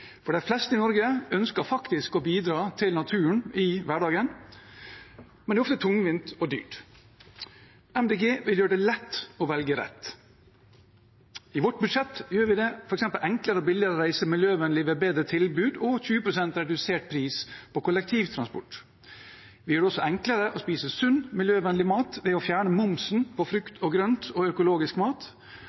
lettere. De fleste i Norge ønsker faktisk å bidra til naturen i hverdagen, men det er ofte tungvint og dyrt. Miljøpartiet De Grønne vil gjøre det lett å velge rett. I vårt budsjett gjør vi det f.eks. enklere og billigere å reise miljøvennlig, ved bedre tilbud og 20 pst. redusert pris på kollektivtransport. Vi gjør det også enklere å spise sunn, miljøvennlig mat ved å fjerne momsen på frukt og grønt og økologisk mat.